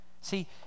See